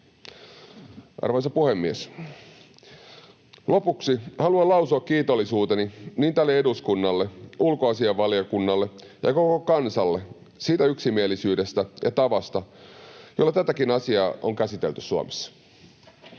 Arvoisa puhemies! Lopuksi haluan lausua kiitollisuuteni niin tälle eduskunnalle, ulkoasiainvaliokunnalle ja koko kansalle siitä yksimielisyydestä ja tavasta, jolla tätäkin asiaa on käsitelty Suomessa.